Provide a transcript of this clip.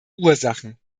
ursachen